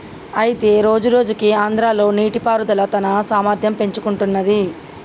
అయితే రోజురోజుకు ఆంధ్రాలో నీటిపారుదల తన సామర్థ్యం పెంచుకుంటున్నది